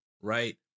right